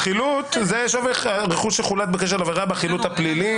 החילוט זה שווה רכוש שחולט בקשר לעבירה בחילוט הפלילי.